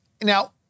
Now